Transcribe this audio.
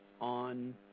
on